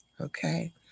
Okay